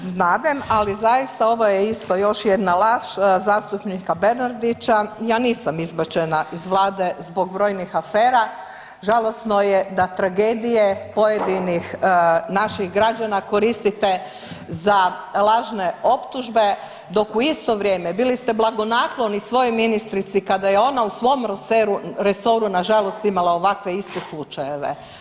Znadem, ali zaista ovo je isto još jedna laž zastupnika Bernardića, ja nisam izbačena iz Vlade zbog brojnih afera, žalosno je da tragedije pojedinih naših građana koristite za lažne optužbe dok u isto vrijeme bili ste blagonakloni svojoj ministrici kada je ona u svom resoru nažalost imala ovakve iste slučajeve.